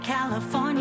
California